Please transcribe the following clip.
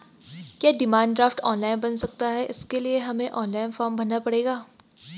क्या demand draft online बन सकता है इसके लिए हमें ऑनलाइन फॉर्म भरना पड़ेगा?